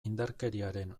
indarkeriaren